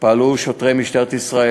פעלו שוטרי משטרת ישראל,